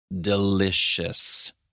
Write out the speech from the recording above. delicious